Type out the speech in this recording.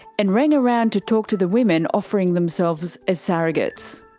and rang around to talk to the women offering themselves as surrogates.